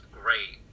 great